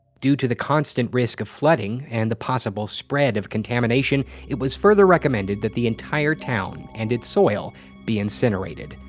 due to the constant risk of flooding and the possible spread of contamination, it was further recommended that the entire town and its soil be incinerated.